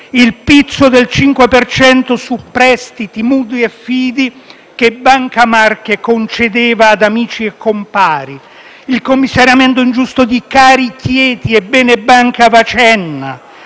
per cento su prestiti, mutui e fidi che Banche Marche concedeva ad amici e compari; il commissariamento ingiusto di Carichieti e di Bene Banca, Vagienna;